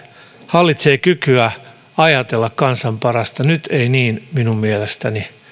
hallitsee kykyä ajatella kansan parasta nyt ei niin minun mielestäni